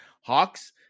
Hawks